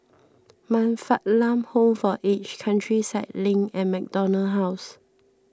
Man Fatt Lam Home for Aged Countryside Link and MacDonald House